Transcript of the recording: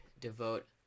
devote